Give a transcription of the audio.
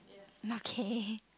nothing